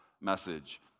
message